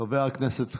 חבר הכנסת כסיף,